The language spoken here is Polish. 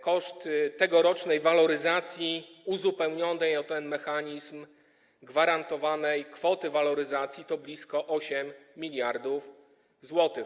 Koszty tegorocznej waloryzacji uzupełnionej o ten mechanizm gwarantowanej kwoty waloryzacji to blisko 8 mld zł.